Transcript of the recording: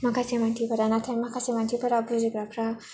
माखासे मानसिफोरा नाथाय माखासे मानसिफोरा बुजिग्राफ्रा